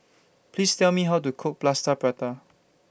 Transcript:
Please Tell Me How to Cook Plaster Prata